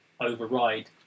override